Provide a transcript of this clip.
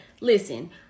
listen